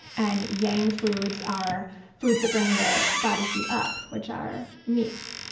and yang foods are foods that bring the body heat up, which are meats.